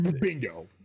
Bingo